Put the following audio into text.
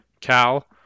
Cal